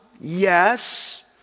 Yes